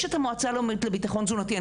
יש את המועצה הלאומית לביטחון תזונתי,